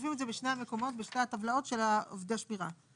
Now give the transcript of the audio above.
מוסיפים את זה בשני המקומות בשתי הטבלאות של עובדי השמירה.